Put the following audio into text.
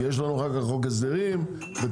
כי יש לנו אחר כך חוק הסדרים ותקציב,